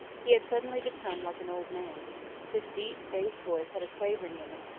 he had suddenly become like an old man his deep bass voice had a quavering in it,